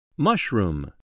Mushroom